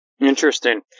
Interesting